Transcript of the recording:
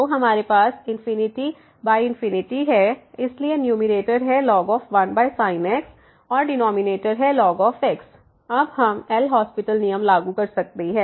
तो हमारे पास ∞∞ है इसलिए न्यूमैरेटर है ln 1sin x और डिनॉमिनेटर है ln x अब हम एल हास्पिटल LHospital नियम लागू कर सकते हैं